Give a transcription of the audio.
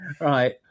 right